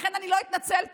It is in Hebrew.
לכן אני לא אתנצל פה,